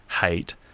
hate